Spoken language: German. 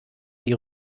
die